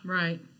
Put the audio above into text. right